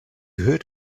heard